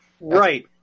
right